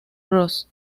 bros